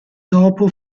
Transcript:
dopo